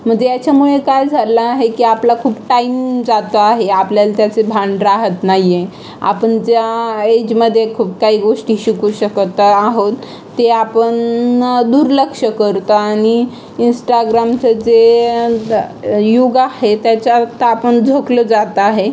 म्हणजे याच्यामुळे काय झालं आहे की आपला खूप टाईम जातो आहे आपल्याला त्याचे भान राहात नाही आहे आपण ज्या एजमध्ये खूप काही गोष्टी शिकू शकत आहोत ते आपण दुर्लक्ष करतो आणि इन्स्टाग्रामचं जे दं युग आहे त्याच्यात आपण झोकलं जात आहे